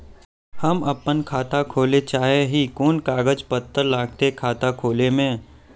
हम अपन खाता खोले चाहे ही कोन कागज कागज पत्तार लगते खाता खोले में?